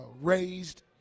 raised